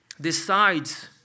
decides